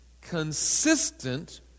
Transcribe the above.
consistent